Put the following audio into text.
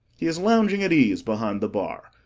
he is lounging at ease behind the bar,